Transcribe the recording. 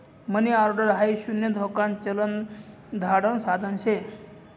मनी order हाई शून्य धोकान चलन धाडण साधन शे